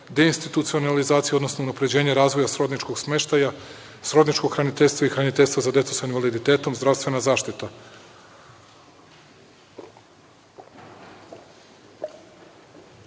deinstitucionalizacija, odnosno unapređenje razvoja srodničkog smeštaja, srodničkog hraniteljstva i hraniteljstva za decu sa invaliditetom, zdravstvena zaštita. Briga